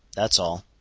that's all.